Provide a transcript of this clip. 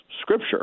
Scripture